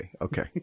Okay